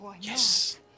Yes